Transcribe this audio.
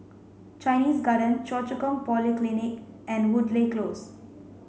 Chinese Garden Choa Chu Kang Polyclinic and Woodleigh Close